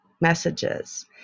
messages